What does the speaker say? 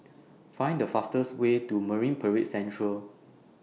Find The fastest Way to Marine Parade Central